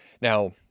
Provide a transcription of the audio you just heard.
Now